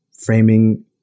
framing